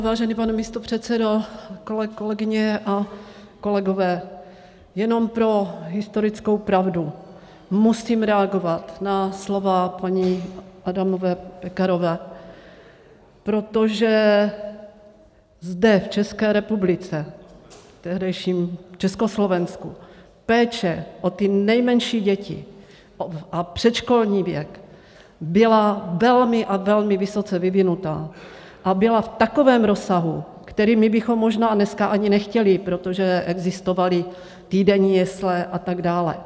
Vážený pane místopředsedo, kolegyně a kolegové, jenom pro historickou pravdu musím reagovat na slova paní Adamové Pekarové, protože zde v České republice, tehdejším Československu, péče o nejmenší děti a předškolní věk byla velmi a velmi vysoce vyvinuta a byla v takovém rozsahu, který my bychom možná dneska ani nechtěli, protože existovaly týdenní jesle a tak dále.